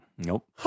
Nope